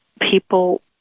people